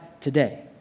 today